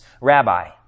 rabbi